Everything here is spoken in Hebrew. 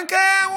כן, כן.